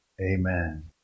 Amen